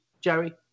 Jerry